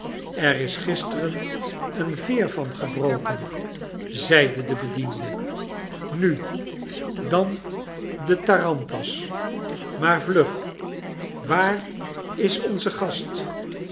er is gisteren een veer van gebroken zeide de bediende nu dan de tarantas maar vlug waar is onze gast